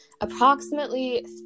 approximately